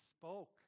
spoke